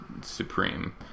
supreme